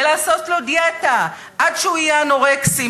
ולעשות לו דיאטה עד שהוא יהיה אנורקסי.